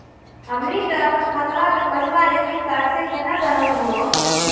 हमनी के अपन खतवा के पैसवा डेबिट कार्ड से केना जानहु हो?